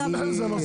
-- יחד עם זאת,